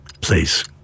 please